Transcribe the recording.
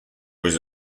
was